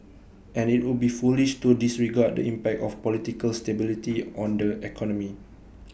and IT would be foolish to disregard the impact of political stability on the economy